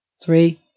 Three